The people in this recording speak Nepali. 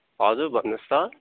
हजुर भन्नुहोस् त